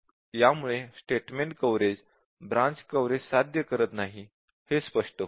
यामुळे statement coverage branch coverage साध्य करत नाही हे स्पष्ट होईल